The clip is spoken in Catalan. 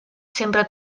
sempre